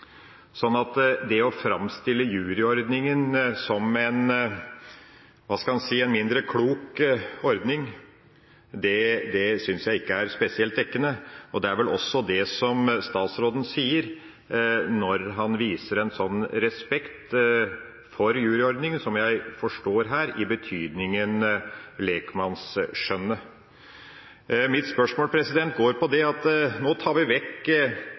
det å framstille juryordninga som en – hva skal en si – mindre klok ordning, syns jeg ikke er spesielt dekkende, og det er vel også det som statsråden sier, når han viser en slik respekt for juryordninga, som jeg forstår her: i betydninga lekmannsskjønnet. Mitt spørsmål går på at vi nå tar vekk lekmannsskjønnets sterke votum når juryordninga blir borte. I andre sammenhenger går vi